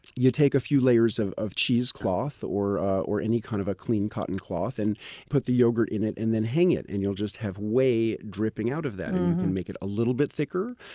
you take a few layers of of cheesecloth or or any kind of clean cotton cloth and put the yogurt in it, and then hang it, and you'll just have whey dripping out of that. you can make it a little bit thicker,